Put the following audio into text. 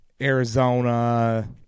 Arizona